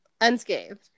Unscathed